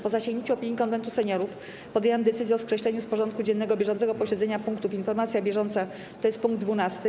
Po zasięgnięciu opinii Konwentu Seniorów podjęłam decyzję o skreśleniu z porządku dziennego bieżącego posiedzenia punktów: - Informacja bieżąca, tj. pkt 12,